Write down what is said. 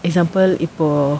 example எப்போ:eppo